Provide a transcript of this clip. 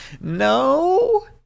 no